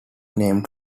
named